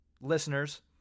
listeners